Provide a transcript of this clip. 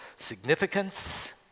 significance